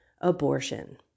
abortion